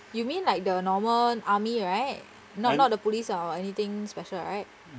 you mean like the normal army right not not the police or anything special right